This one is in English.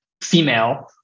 female